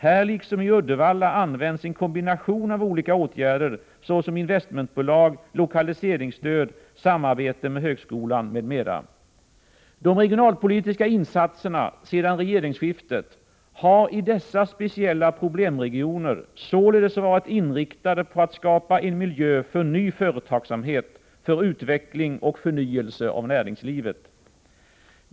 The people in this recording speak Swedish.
Här liksom i Uddevalla används en kombination av olika åtgärder, såsom investmentbolag, lokaliseringsstöd, samarbete med högskolan, m.m. De regionalpolitiska insatserna sedan regeringsskiftet har i dessa speciella problemregioner således varit inriktade på att skapa en miljö för ny företagsamhet, för utveckling och för förnyelse av näringslivet.